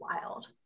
wild